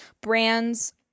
brands